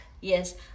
Yes